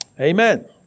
Amen